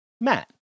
Matt